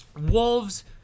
Wolves